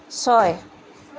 ছয়